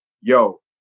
yo